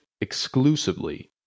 exclusively